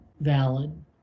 valid